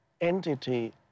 entity